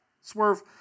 swerve